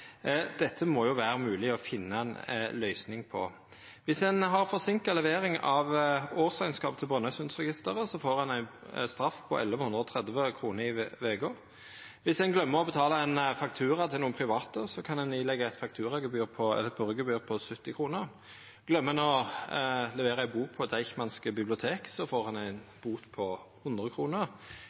Dette må det jo vera mogleg å finna ei løysing på. Viss ein har ei forseinka levering av årsrekneskapen til Brønnøysundregistrene, får ein ei straff på 1 130 kr i veka. Viss ein gløymer å betala ein faktura til nokon private, kan ein påleggjast eit purregebyr på 70 kr. Gløymer ein å levera ei bok på Deichmanske bibliotek, får ein ei bot på 100 kr. Gløymer ein eit avdrag på studielånet sitt, får ein ei straff på